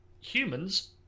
humans